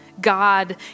God